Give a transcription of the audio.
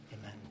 amen